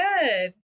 good